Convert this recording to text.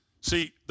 See